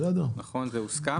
נכון זה הוסכם.